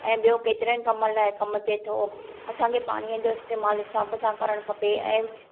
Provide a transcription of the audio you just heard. ऐं ॿियो केतिरनि कम लाइ कमु अचे थो असांखे पाणीअ जो इस्तेमालु हिसाब सां करणु खपे ऐं